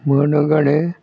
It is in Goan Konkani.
मणगणें